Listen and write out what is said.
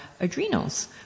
adrenals